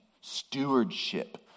stewardship